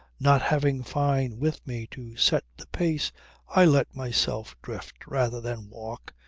not having fyne with me to set the pace i let myself drift, rather than walk,